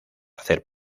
hacer